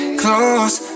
close